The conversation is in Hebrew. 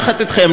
יחד אתכם,